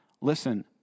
Listen